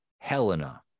Helena